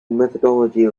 methodology